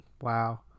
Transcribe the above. Wow